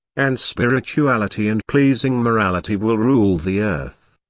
and spirituality and pleasing morality will rule the earth.